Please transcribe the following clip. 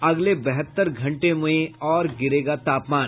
अगले बहत्तर घंटे में और गिरेगा तापमान